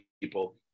people